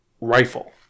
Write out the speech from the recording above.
rifle